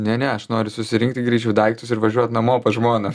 ne ne aš noriu susirinkti greičiau daiktus ir važiuot namo pas žmoną